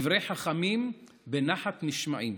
"דברי חכמים בנחת נשמעים".